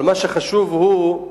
מה שחשוב הוא,